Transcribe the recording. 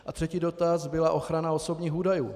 A třetí dotaz byla ochrana osobních údajů.